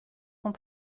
sont